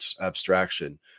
abstraction